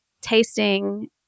tasting